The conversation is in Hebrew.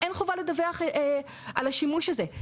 אין חובה לדווח על השימוש הזה.